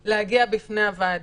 כדי להגיע בפני הוועדה,